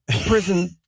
prison